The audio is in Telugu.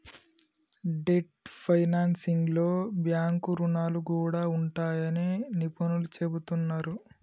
డెట్ ఫైనాన్సింగ్లో బ్యాంకు రుణాలు కూడా ఉంటాయని నిపుణులు చెబుతున్నరు